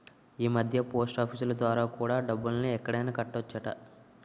ఈమధ్య పోస్టాఫీసులు ద్వారా కూడా డబ్బుల్ని ఎక్కడైనా కట్టొచ్చట